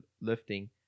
lifting